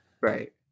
Right